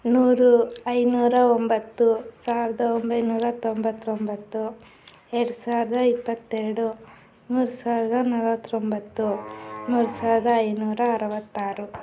ನೂರು ಐನೂರ ಒಂಬತ್ತು ಸಾವಿರದ ಒಂಬೈನೂರ ತೊಂಬತ್ತೊಂಬತ್ತು ಎರಡು ಸಾವಿರದ ಇಪ್ಪತ್ತೆರಡು ಮೂರು ಸಾವಿರದ ನಲ್ವತ್ತೊಂಬತ್ತು ಮೂರು ಸಾವಿರದ ಐನೂರ ಅರುವತ್ತಾರು